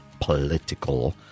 political